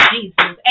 Jesus